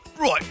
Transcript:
Right